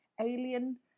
alien